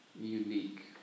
unique